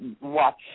watch